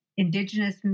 indigenous